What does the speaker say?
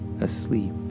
asleep